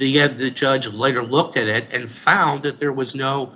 arrived the judge later looked at it and found that there was no